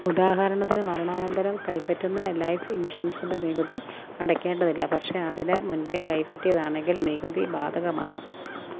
ഉദാഹരണത്തിന് മരണാനന്തരം കൈപ്പറ്റുന്ന ലൈഫ് ഇൻഷുറൻസിന്റെ നികുതി അടക്കേണ്ടതില്ല പക്ഷെ അതിന് മുൻപേ കൈപറ്റിയതാണെങ്കിൽ നികുതി ബാധകമാണ്